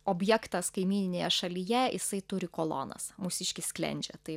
objektas kaimyninėje šalyje jisai turi kolonas mūsiškis sklendžia tai